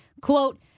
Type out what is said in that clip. quote